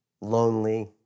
lonely